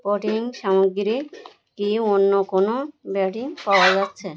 protein সামগ্রী কি অন্য কোনো ব্র্যান্ডে পাওয়া যাচ্ছে